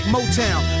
Motown